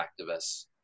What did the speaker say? activists